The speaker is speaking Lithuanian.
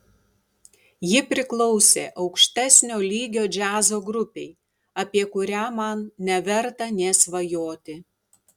ji priklausė aukštesnio lygio džiazo grupei apie kurią man neverta nė svajoti